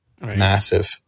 massive